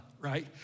right